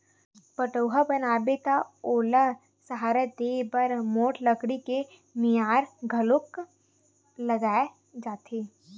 पठउहाँ बनाबे त ओला सहारा देय बर मोठ लकड़ी के मियार घलोक लगाए जाथे